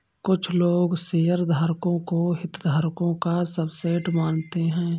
कुछ लोग शेयरधारकों को हितधारकों का सबसेट मानते हैं